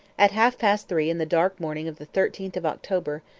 at half-past three in the dark morning of the thirteenth of october,